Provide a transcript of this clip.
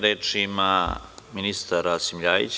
Reč ima ministar Rasim Ljajić.